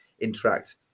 Interact